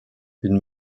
une